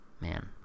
Man